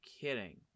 kidding